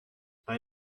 bei